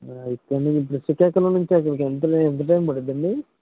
శ్రీకాకుళం నుంచి అక్కడికి ఎంత టైం పడుద్దండి